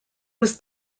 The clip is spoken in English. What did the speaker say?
was